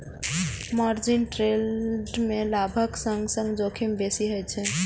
margin trade मे लाभक संग संग जोखिमो बेसी होइ छै